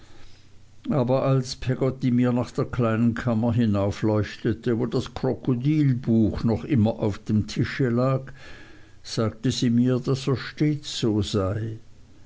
aber als peggotty mir nach der kleinen kammer hinaufleuchtete wo das krokodilbuch noch immer auf dem tische lag sagte sie mir daß er stets so sei